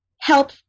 help